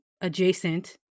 adjacent